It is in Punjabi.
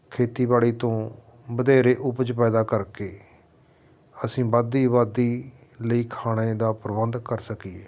ਖੇਤੀਬਾੜੀ ਤੋਂ ਵਧੇਰੇ ਉਪਜ ਪੈਦਾ ਕਰਕੇ ਅਸੀਂ ਵੱਧ ਦੀ ਅਬਾਦੀ ਲਈ ਖਾਣੇ ਦਾ ਪ੍ਰਬੰਧ ਕਰ ਸਕੀਏ